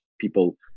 people